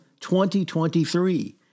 2023